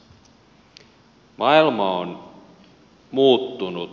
maailma on muuttunut